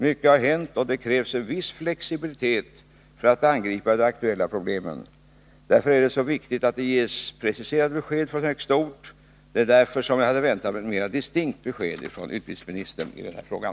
Mycket har hänt, och det krävs en viss flexibilitet för att angripa de aktuella problemen. Därför är det viktigt att det ges preciserade besked från högsta ort. Det är därför som jag hade väntat mig ett mera distinkt besked i den här frågan från utbildningsministern.